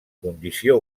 condició